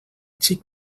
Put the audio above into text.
xic